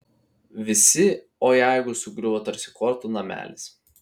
visi o jeigu sugriuvo tarsi kortų namelis